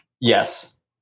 Yes